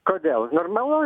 kodėl normalu